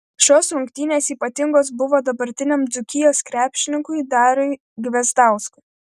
šios rungtynės ypatingos buvo dabartiniam dzūkijos krepšininkui dariui gvezdauskui